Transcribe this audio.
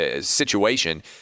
situation